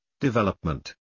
development